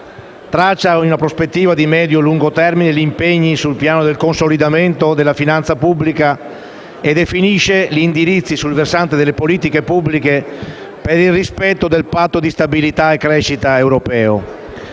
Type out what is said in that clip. traccia, in una prospettiva di medio-lungo termine, gli impegni sul piano del consolidamento delle finanze pubbliche e definisce gli indirizzi, sul versante delle politiche pubbliche, per il rispetto del Patto di stabilità e crescita europeo.